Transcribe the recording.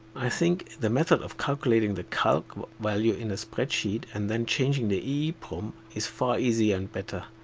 i think the method of calculating the cal value in a spreadsheet and then changing the eeprom is far easier and better.